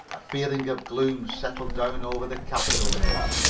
a feeling of gloom settled down over the castaways.